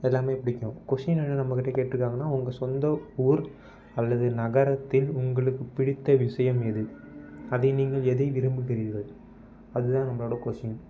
எல்லாமே புடிக்கும் கொஷின் என்ன நம்ம கிட்டே கேட்டுருக்காங்கன்னா உங்கள் சொந்த ஊர் அல்லது நகரத்தில் உங்களுக்கு பிடித்த விஷயம் எது அதை நீங்கள் எதை விரும்புகிறீர்கள் அதுதான் நம்மளோட கொஷின்